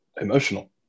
emotional